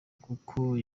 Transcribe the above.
kuko